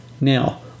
Now